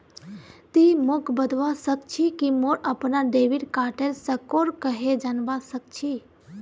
ति मोक बतवा सक छी कि मोर अपनार डेबिट कार्डेर स्कोर कँहे जनवा सक छी